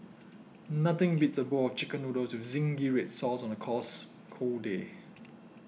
nothing beats a bowl of Chicken Noodles with Zingy Red Sauce on a cause cold day